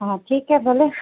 हा ठीकु आहे भले